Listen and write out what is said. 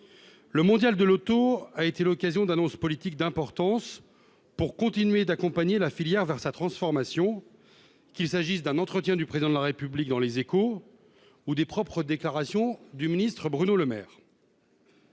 le Mondial de l'auto a été l'occasion d'annonce politique d'importance pour continuer d'accompagner la filière vers sa transformation qu'il s'agisse d'un entretien du président de la République dans Les Échos ou des propres déclarations du ministre Bruno Lemaire.